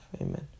Amen